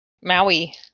Maui